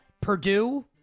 Purdue